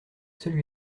celui